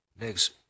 next